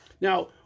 Now